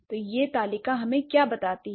तो यह तालिका हमें क्या बताती है